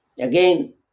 Again